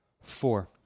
Four